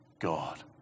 God